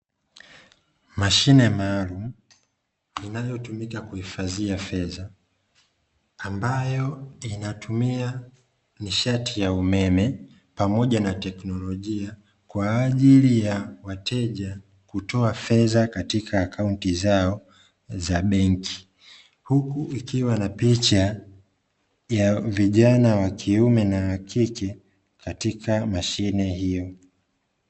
Mashine maalumu, inayotumika kuhifadhia fedha, ambayo inatumia nishati ya umeme pamoja na teknolojia kwa ajili ya wateja kutoa fedha katika akaunti zao za benki, huku ikiwa na picha ya vijana wa kiume na wa kike katika mashine hiyo.